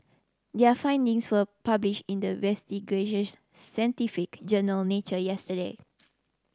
their findings were published in the scientific journal Nature yesterday